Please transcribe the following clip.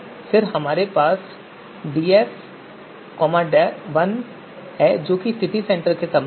फिर हमारे पास df1 है जो सिटी सेंटर के संबंध में है